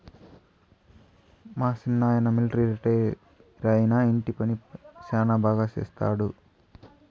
మా సిన్నాయన మిలట్రీ రిటైరైనా ఇంటి తోట పని శానా బాగా చేస్తండాడు